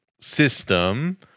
system